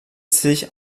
sich